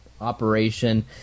operation